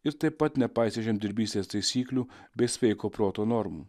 ir taip pat nepaisė žemdirbystės taisyklių bei sveiko proto normų